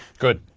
good,